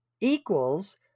equals